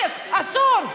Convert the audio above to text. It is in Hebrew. אסור.